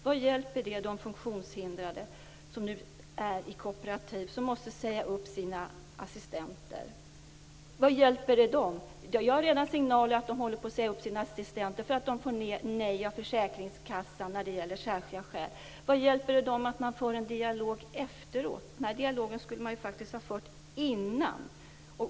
Vad hjälper det de funktionshindrade som nu är i kooperativ som måste säga upp sina assistenter? Jag har redan fått signaler om att de håller på att säga upp sina assistenter därför att de får nej av försäkringskassan när det gäller särskilda skäl. Vad hjälper det dem att det förs en dialog efteråt? Den dialogen skulle ha förts innan.